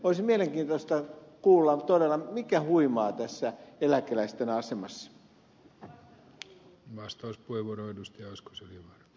olisi mielenkiintoista kuulla todella mikä huimaa tässä eläkeläisten asemassa